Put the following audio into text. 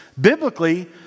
biblically